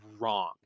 wrong